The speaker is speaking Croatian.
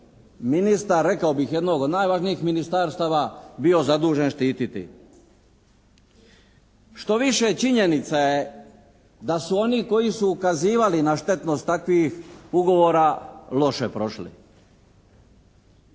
ministar rekao bih jednog od najvažnijih ministarstava bio zadužen štititi. Štoviše činjenica je da su oni koji su ukazivali na štetnost takvih ugovora loše prošli.